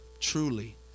truly